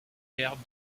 perd